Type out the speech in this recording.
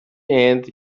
end